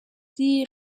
die